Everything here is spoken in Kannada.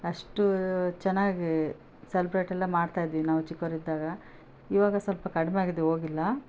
ಅಷ್ಟು ಚೆನ್ನಾಗಿ ಸೆಲೆಬ್ರೇಟೆಲ್ಲ ಮಾಡ್ತಾ ಇದ್ವಿ ನಾವು ಚಿಕ್ಕವ್ರು ಇದ್ದಾಗ ಇವಾಗ ಸ್ವಲ್ಪ ಕಡಿಮೆ ಆಗಿದೆ ಹೋಗಿಲ್ಲ